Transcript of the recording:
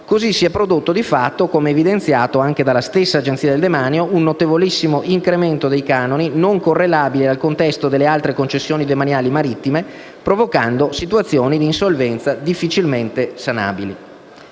Così si è prodotto di fatto, come evidenziato anche dalla stessa Agenzia del demanio, un notevolissimo incremento dei canoni, non correlabile al contesto delle altre concessioni demaniali marittime, provocando situazioni di insolvenza difficilmente sanabili.